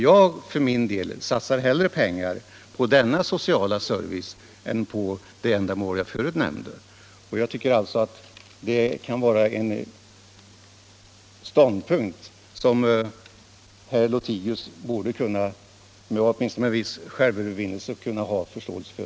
Jag för min del satsar hellre pengar på denna sociala service än på det ändamål jag nyss nämnde. Det är en ståndpunkt som jag tycker att herr Lothigius, åtminstone med en viss självövervinnelse, borde kunna ha förståelse för.